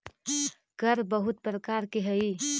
कर बहुत प्रकार के हई